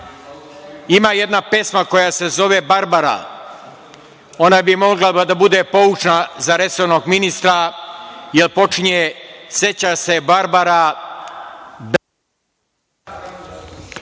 Ima jedna pesma koja se zove „Barbara“, ona bi mogla da bude poučna za resornog ministra jer počinje - seća se Barbara.